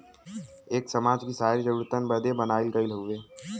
एक समाज कि सारी जरूरतन बदे बनाइल गइल हउवे